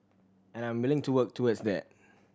and I am willing to work towards that